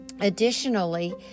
Additionally